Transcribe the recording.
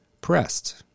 pressed